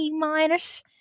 minus